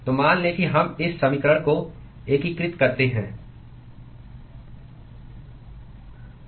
तो मान लें कि हम इस समीकरण को एकीकृत करते हैं